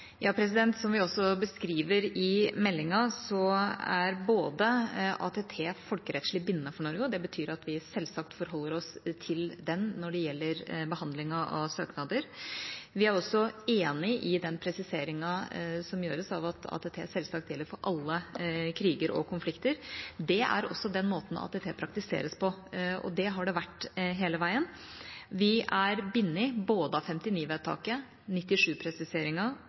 Som vi også beskriver i meldingen, er ATT folkerettslig bindende for Norge. Det betyr at vi selvsagt forholder oss til den når det gjelder behandlingen av søknader. Vi er også enig i presisereringen som gjøres av at ATT selvsagt gjelder for alle kriger og konflikter. Det er også den måten ATT praktiseres på, og det har det vært hele veien. Vi er bundet av både